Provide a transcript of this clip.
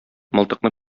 мылтыкны